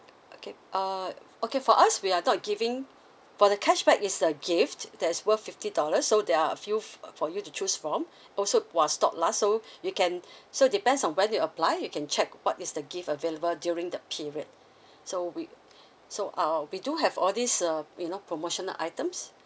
okay uh okay for us we are not giving for the cashback is a gift that is worth fifty dollars so there are a few uh for you to choose from also while stock last so you can so depends on when you apply you can check what is the gift available during the period so we so uh we do have all these uh you know promotional items